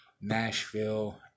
Nashville